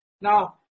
Now